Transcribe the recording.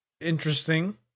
interesting